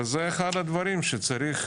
זה אחד הדברים שצריך